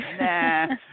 Nah